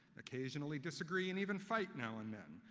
occasionally disagree and even fight now and then,